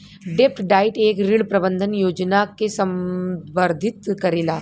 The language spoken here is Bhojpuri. डेब्ट डाइट एक ऋण प्रबंधन योजना के संदर्भित करेला